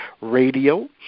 Radio